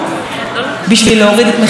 בשביל להוריד את מחירי הדיור?